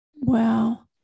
Wow